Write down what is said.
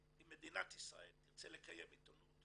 אם מדינת ישראל רוצה לקיים עיתונות